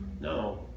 No